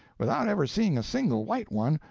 without ever seeing a single white one,